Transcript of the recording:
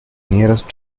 nearest